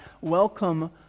welcome